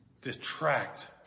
detract